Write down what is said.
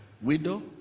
widow